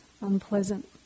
unpleasant